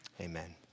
Amen